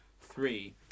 three